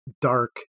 dark